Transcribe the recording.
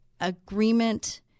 agreement